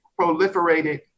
proliferated